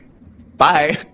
bye